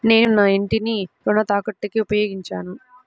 నేను నా ఇంటిని రుణ తాకట్టుకి ఉపయోగించాను